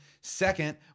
Second